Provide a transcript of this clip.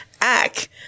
act